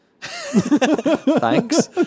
Thanks